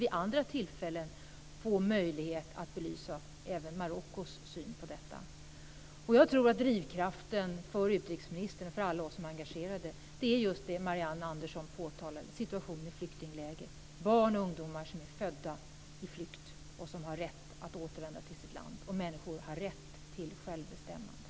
Jag hoppas också att det blir tillfällen att belysa även Marockos syn på detta. Jag tror att drivkraften för utrikesministern och för alla oss som är engagerade är just det som Marianne Andersson påtalade, nämligen situationen i flyktinglägren, barn och ungdomar som är födda under flykt och som har rätt att återvända till sitt land. Människor har rätt till självbestämmande.